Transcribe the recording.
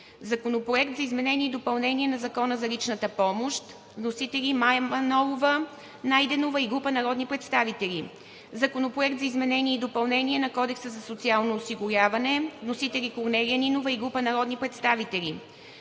Законопроект за изменение и допълнение на Закона за личната помощ. Вносители – Мая Манолова-Найденова и група народни представители. Законопроект за изменение и допълнение на Кодекса за социално осигуряване. Вносители – Корнелия Нинова и група народни представители.